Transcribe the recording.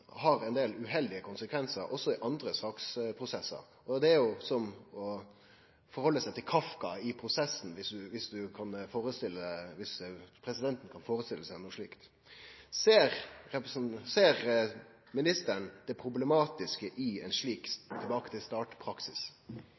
har ein del uheldige konsekvensar, også i andre saksprosessar. Det er som å ha å gjere med Kafka i «Prosessen», viss presidenten kan førestelle seg noko slikt. Ser ministeren det problematiske i ein slik